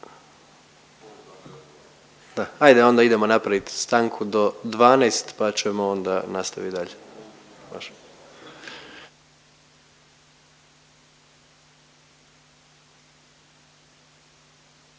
ajde onda idemo napravit stanku do 12, pa ćemo onda nastavit dalje.